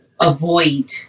avoid